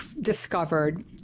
discovered